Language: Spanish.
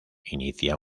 inicia